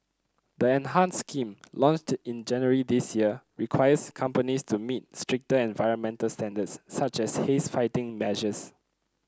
the enhanced scheme launched in January this year requires companies to meet stricter environmental standards such as haze fighting measures